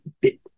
bit